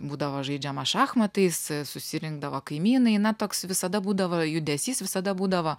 būdavo žaidžiama šachmatais susirinkdavo kaimynai na toks visada būdavo judesys visada būdavo